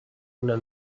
una